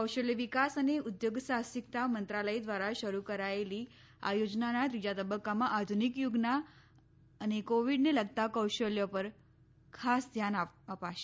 કૌશલ્ય વિકાસ અને ઉદ્યોગ સાહસિકતા મંત્રાલય દ્વારા શરૂ કરાયેલી આ યોજનાના ત્રીજા તબક્કામાં આધુનિક યુગનાં અને કોવિડને લગતાં કૌશલ્યો પર ખાસ ધ્યાન અપાશે